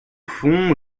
fond